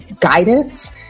guidance